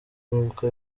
umwuka